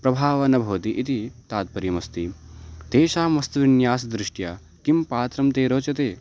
प्रभावं न भवति इति ताप्तर्यमस्ति तेषां वस्तुविन्यासदृष्ट्या किं पात्रं ते रोचते